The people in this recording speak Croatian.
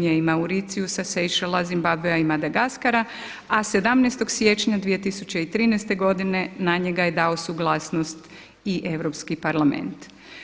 i Mauriciusa, Sejšela, Zimbabvea i Madagaskara a 17. siječnja 2013. godine na njega je dao suglasnost i Europski parlament.